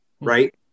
right